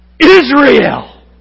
Israel